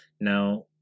Now